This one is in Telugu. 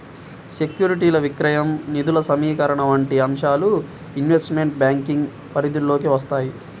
సెక్యూరిటీల విక్రయం, నిధుల సమీకరణ వంటి అంశాలు ఇన్వెస్ట్మెంట్ బ్యాంకింగ్ పరిధిలోకి వత్తాయి